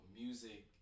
music